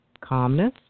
calmness